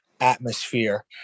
Atmosphere